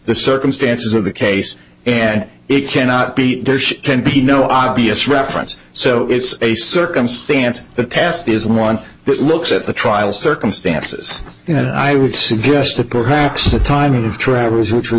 the circumstances of the case and it cannot be ten p no obvious reference so it's a circumstance the test is one that looks at the trial circumstances and i would suggest that perhaps the timing of travers which was